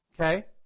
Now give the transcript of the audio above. Okay